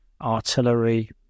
artillery